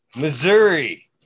Missouri